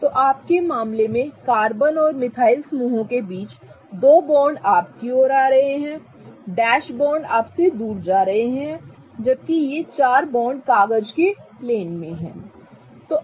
तो आपके मामले में कार्बन और मिथाइल समूहों के बीच के दो बॉन्ड आपकी ओर आ रहे हैं और डैश बॉन्ड आपसे दूर जा रहे हैं जबकि ये चार बॉन्ड कागज के प्लेन में हैं ठीक है